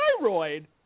thyroid